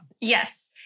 Yes